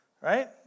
right